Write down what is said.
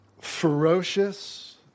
ferocious